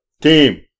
Team